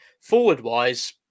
Forward-wise